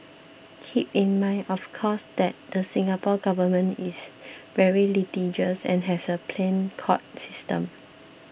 keep in mind of course that the Singapore Government is very litigious and has a pliant court system